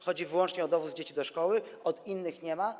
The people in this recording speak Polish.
Chodzi wyłącznie o dowóz dzieci do szkoły, innych nie ma.